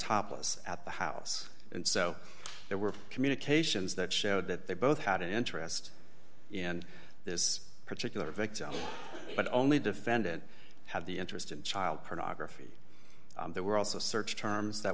topless at the house and so there were communications that showed that they both had an interest in this particular victim but only defendant had the interest in child pornography there were also search terms that